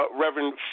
Reverend